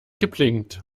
geblinkt